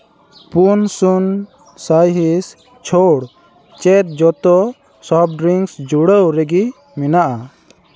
ᱯᱩᱱ ᱥᱩᱱ ᱥᱟᱭᱦᱤᱸᱥ ᱪᱷᱟᱹᱲ ᱪᱮᱫ ᱡᱚᱛᱚ ᱥᱚᱯᱷᱴ ᱰᱨᱤᱝᱠᱥ ᱡᱩᱲᱟᱹᱣ ᱨᱮᱜᱮ ᱢᱮᱱᱟᱜᱼᱟ